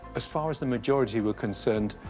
as far as the majority were concerned,